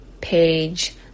page